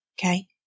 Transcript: Okay